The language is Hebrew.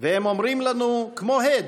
והם אומרים לנו כמו הד: